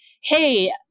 hey